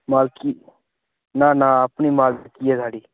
मालकी ना ना अपनी मालकी ऐ साढ़ी